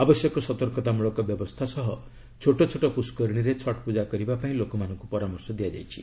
ଆବଶ୍ୟକ ସତର୍କତାମୂଳକ ବ୍ୟବସ୍ଥା ସହ ଛୋଟ ଛୋଟ ପୁଷ୍କରିଣୀରେ ଛଟ୍ ପୂଜା କରିବାପାଇଁ ଲୋକମାନଙ୍କୁ ପରାମର୍ଶ ଦିଆଯାଇଛି